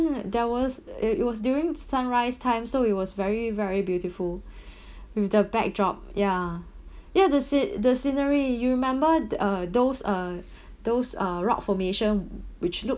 there was uh it was during sunrise time so it was very very beautiful with the backdrop ya ya the scene the scenery you remember uh those uh those uh rock formation which look